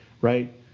right